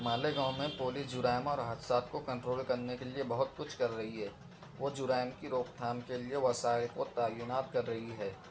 مالیگاؤں میں پولس جرائم اور حادثات کو کنٹرول کرنے کے لیے بہت کچھ کر رہی ہے وہ جرائم کی روک تھام کے لیے وسائل کو تعینات کر رہی ہے